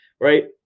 right